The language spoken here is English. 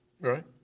Right